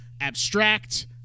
abstract